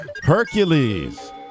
Hercules